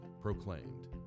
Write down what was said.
proclaimed